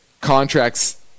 contracts